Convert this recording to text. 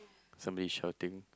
somebody is shouting